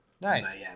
nice